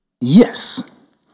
Yes